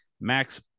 Max